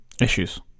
issues